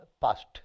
past